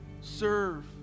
serve